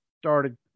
started